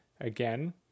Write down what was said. again